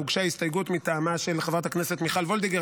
והוגשה הסתייגות מטעמה של חברת הכנסת מיכל וולדיגר,